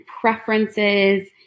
preferences